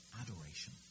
adoration